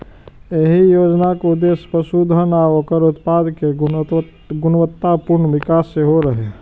एहि योजनाक उद्देश्य पशुधन आ ओकर उत्पाद केर गुणवत्तापूर्ण विकास सेहो रहै